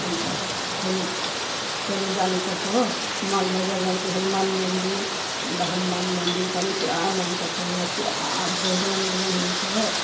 अन्त हेर्नु हेर्नु जानुपर्छ हो मालबजार जान्छु हनुमान मन्दिर अन्त हनुमान मन्दिर पनि पुरा मनपर्छ मलाई पुरा भजनओजन हुन्छ हो